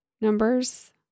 numbers